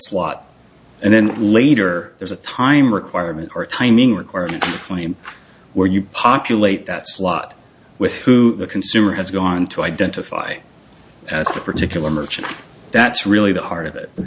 slot and then later there's a time requirement or timing requirement where you populate that slot with who the consumer has gone to identify a particular merchant that's really the heart of it